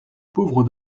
pauvre